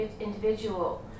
individual